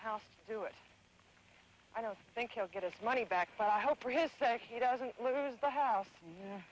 house to do it i don't think he'll get his money back but i hope for his sake he doesn't lose the house